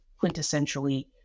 quintessentially